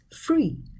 free